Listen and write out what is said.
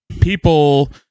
people